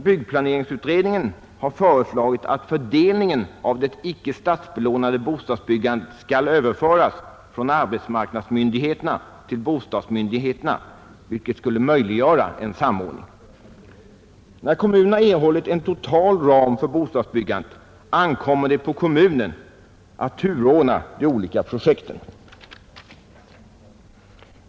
Byggplaneringsutredningen har föreslagit att fördelningen av det icke statsbelånade bostadsbyggandet skall överföras från arbetsmarknadsmyndigheterna till bostadsmyndigheterna, vilket skulle möjliggöra en samordning. När en kommun erhållit en totalram för bostadsbyggandet ankommer det på kommunen att turordna de olika projekten.